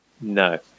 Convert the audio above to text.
No